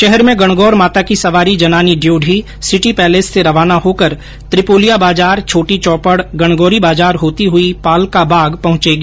शहर में गणगौर माता की सवारी जनानी ड्योढी सिटी पैलेस से रवाना होकर त्रिपोलिया बाजार छोटी चौपड़ गणगौरी बाजार होती हुई पालका बाग पहुंचेगी